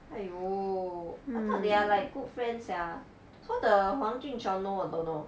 !aiyo! I thought they are like good friends sia so the 黄俊雄 know or don't know